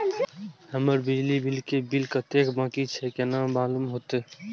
हमर बिजली के बिल कतेक बाकी छे केना मालूम होते?